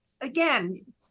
again